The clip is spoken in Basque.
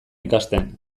ikasten